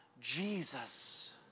Jesus